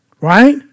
Right